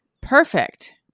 Perfect